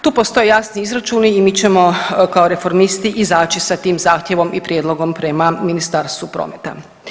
Tu postoje jasni izračuni i mi ćemo kao Reformisti izaći sa tim zahtjevom i prijedlogom prema Ministarstvu prometa.